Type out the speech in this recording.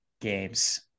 games